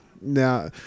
Now